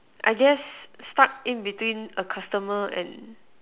I guess stuck in between a customer and